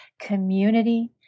community